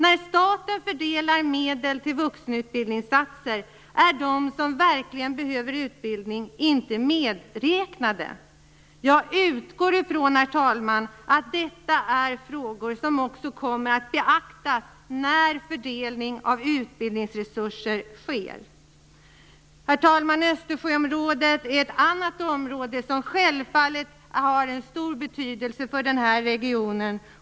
När staten fördelar medel till vuxenutbildningssatsningen är de som verkligen behöver utbildning inte medräknade. Jag utgår, herr talman, från att detta är frågor som kommer att beaktas när fördelning av utbildningsresurser sker. Östersjöområdet är ett annat område som självfallet har en stor betydelse för den här regionen.